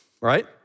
right